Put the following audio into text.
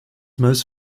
most